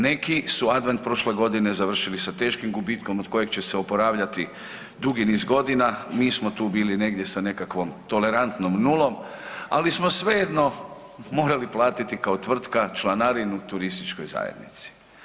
Neki su Advent prošle godini završili sa teškim gubitkom od kojeg će se oporavljati dugi niz godina, mi smo tu bili negdje sa nekakvom tolerantnom nulom, ali smo svejedno morali platiti kao tvrtka članarinu turističkoj zajednici.